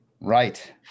Right